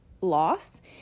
loss